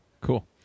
cool